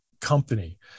company